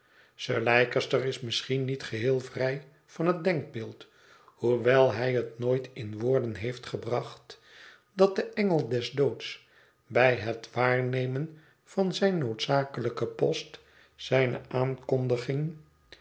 sir leicester is misschien niet geheel vrij van het denkbeeld hoewel hij het nooit in woorden heeft gebracht dat de engel des doods bij het waarnemen van zijn noodzakelijken post zijne aankondiging